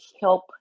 help